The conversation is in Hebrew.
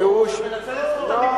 חבר'ה, הוא גם מנצל את זכות הדיבור.